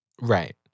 Right